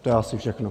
To je asi všechno.